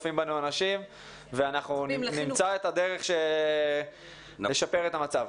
צופים בנו אנשים ונמצא את הדרך לשפר את המצב.